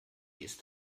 ist